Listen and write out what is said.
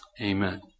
Amen